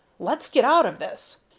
let's get out of this,